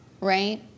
right